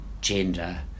gender